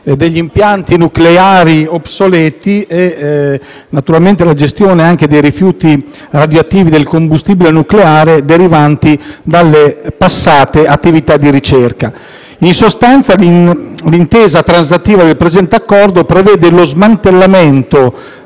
degli impianti nucleari obsoleti e naturalmente anche alla gestione dei rifiuti radioattivi e del combustibile nucleare derivanti dalle passate attività di ricerca. In sostanza, l'intesa transattiva del presente Accordo prevede lo smantellamento